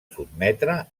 sotmetre